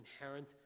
inherent